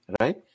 Right